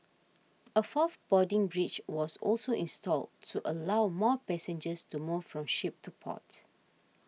a fourth boarding bridge was also installed to allow more passengers to move from ship to port